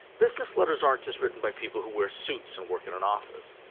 business letters aren't just written by people who wear suits and work in an office.